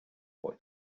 boy